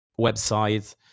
websites